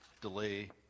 delay